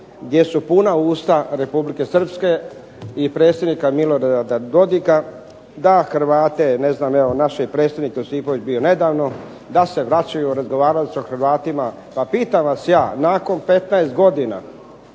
gdje su puna usta Republike Srpske i predsjednika Milorada Dodika da Hrvate ne znam evo i naš je predsjednik Josipović bio nedavno, da se vraćaju, razgovarali su sa Hrvatima. Pa pitam vas ja nakon 15 godina